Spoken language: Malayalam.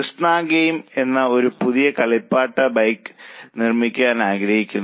കൃഷ്ണ ഗെയിം ഒരു പുതിയ കളിപ്പാട്ട ബൈക്ക് നിർമ്മിക്കാൻ ആഗ്രഹിക്കുന്നു